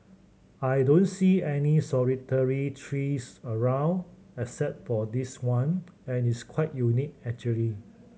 I don't see any solitary trees around except for this one and it's quite unique actually